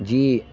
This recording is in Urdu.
جی